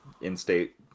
in-state